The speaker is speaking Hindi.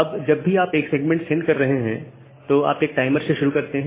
अब जब भी आप एक सेगमेंट सेंड कर रहे हैं तो आप एक टाइमर शुरू करते हैं